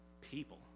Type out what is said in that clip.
people